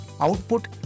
output